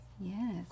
yes